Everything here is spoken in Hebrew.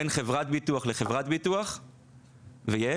בין חברת ביטוח לחברת ביטוח ויש,